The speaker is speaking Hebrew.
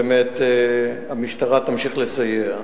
המשטרה תמשיך לסייע.